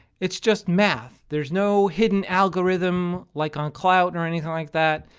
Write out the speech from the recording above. it is just math. there's no hidden algorithm, like on cloud, or anything like that.